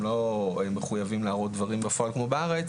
הם לא מחויבים להראות דברים בפועל כמו בארץ